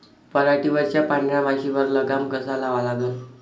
पराटीवरच्या पांढऱ्या माशीवर लगाम कसा लावा लागन?